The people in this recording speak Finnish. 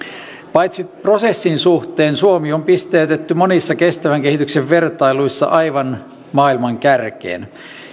paitsi prosessin suhteen suomi on pisteytetty monissa kestävän kehityksen vertailuissa aivan maailman kärkeen